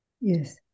Yes